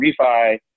refi